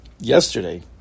yesterday